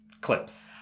clips